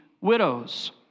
widows